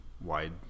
wide